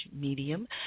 medium